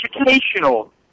Educational